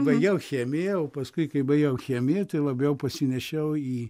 baigiau chemiją o paskui kai baigiau chemiją tai labiau pasinešiau į